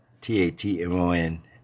T-A-T-M-O-N